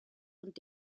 und